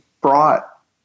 brought